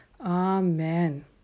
Amen